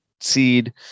seed